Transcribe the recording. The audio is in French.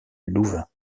louvain